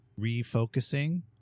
refocusing